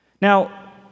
Now